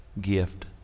gift